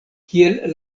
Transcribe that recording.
kiel